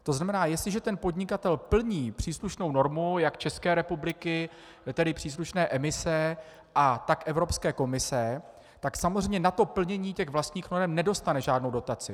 To znamená, jestliže ten podnikatel plní příslušnou normu jak České republiky, tedy příslušné emise, tak Evropské komise, tak samozřejmě na to plnění vlastních norem nedostane žádnou dotaci.